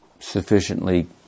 Sufficiently